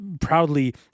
proudly